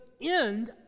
end